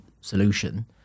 solution